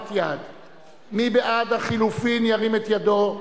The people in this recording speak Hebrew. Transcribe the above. מי בעד החלופין, ירים את ידו.